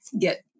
get